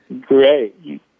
Great